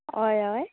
अय अय